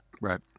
right